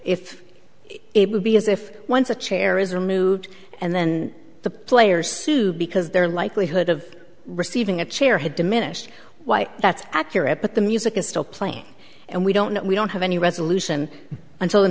if it would be as if once a chair is removed and then the players sue because their likelihood of receiving a chair had diminished why that's accurate but the music is still playing and we don't we don't have any resolution until the